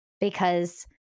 because-